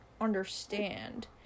understand